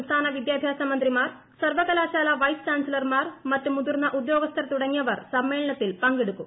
സംസ്ഥാന വിദ്യാഭ്യാസ മന്ത്രിമാർ സർവകലാശാല വൈസ് ചാൻസലർമാർ മറ്റ് മുതിർന്ന ഉദ്യോഗസ്ഥർ തുടങ്ങിയവർ സമ്മേളനത്തിൽ പങ്കെടുക്കും